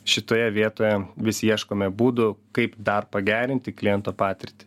šitoje vietoje vis ieškome būdų kaip dar pagerinti kliento patirtį